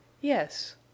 Yes